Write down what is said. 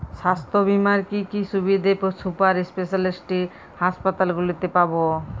স্বাস্থ্য বীমার কি কি সুবিধে সুপার স্পেশালিটি হাসপাতালগুলিতে পাব?